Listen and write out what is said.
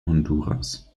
honduras